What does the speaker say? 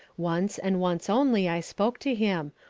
once, and once only, i spoke to him,